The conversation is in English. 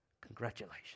Congratulations